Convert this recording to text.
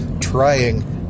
trying